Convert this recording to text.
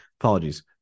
Apologies